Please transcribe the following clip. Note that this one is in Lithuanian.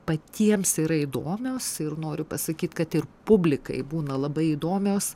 patiems yra įdomios ir noriu pasakyt kad ir publikai būna labai įdomios